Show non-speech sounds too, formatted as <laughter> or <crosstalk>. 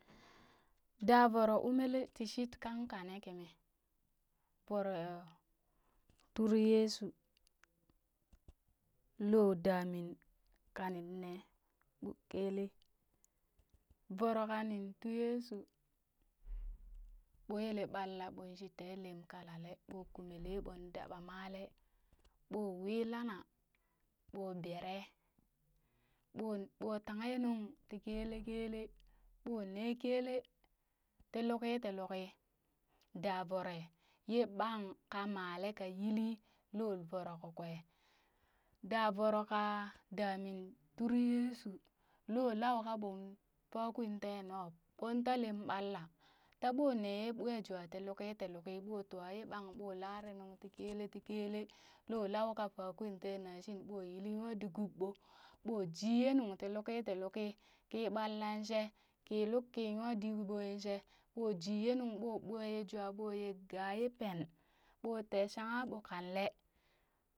ɗaa voroo umelee ti shit kang kanee kimi. voro turi yesu loo daamin kanin nee ɓo kelee voro kanin tuu yeshuu ɓoo yelee ɓalla ɓoon shi tee lem kalale ɓoo kumelee ɓoon daɓa malee ɓoo wii lana ɓoo bere ɓo ɓo tanghe yenung tii kele kele ɓoo nee kelee tii luki ti lukii ɗaa voro yee ɓang ka male ka yili loo voro ka kwee ɗaa voro ka damin turi yeshuu loo lau ka ɓon faakwin tee nub ɓoon taa lem ɓalla taa ɓoo neeye ɓoijwa ti luki ti luki ɓoo twa yee ɓang ɓoo larenung <noise> tii kele ti kele, loo lau kaa faakwin teenashin ɓoo yili nyadi guub ɓoo, ɓoo jii ye nuŋ ti luki ti luki kii ɓalla shee kii lukki nyadiɓoo shee ɓoo jii ye nuŋ ɓoo ɓoyejwa ɓoo ye ga ye pen boo tee shanka yee ɓoo kale.